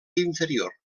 inferior